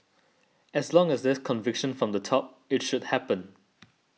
as long as there's conviction from the top it should happen